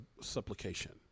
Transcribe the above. supplication